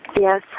Yes